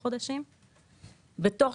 חברת התעופה אל על נקלעה לקשיים --- לפני